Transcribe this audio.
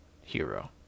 hero